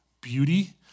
beauty